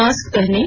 mask पहनें